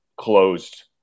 closed